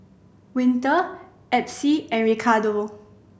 Winter Epsie and Ricardo